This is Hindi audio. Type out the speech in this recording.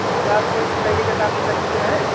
अच्छा आप टेली का काम भी कर चुके हैं